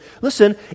listen